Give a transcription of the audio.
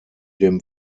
dem